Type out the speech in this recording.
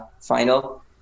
final